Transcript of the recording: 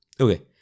Okay